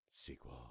Sequel